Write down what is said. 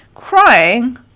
crying